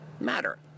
matter